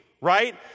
right